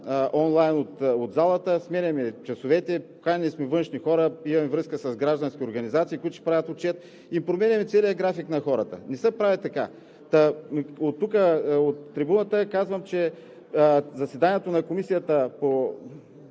онлайн от залата, а сменяме часовете, поканили сме външни хора, имаме връзка с граждански организации, които ще правят отчет, а променяме целия график на хората. Не се прави така! Искам да кажа, че заседанието на Комисията за